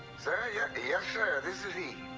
sir? yeah yes, sir. this is he.